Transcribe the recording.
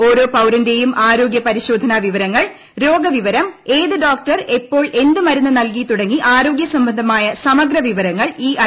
ഒരോ പൌരന്റെയും ആരോഗ്യ പരിശോധനാ വിവരങ്ങൾ രോഗവിവരം ഏത് ഡോക്ടർ എപ്പോൾ എന്ത് മരുന്ന് നൽകി തുടങ്ങി ആരോഗ്യ സംബന്ധമായ സമഗ്ര വിവരങ്ങൾ ഈ ഐ